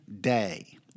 Day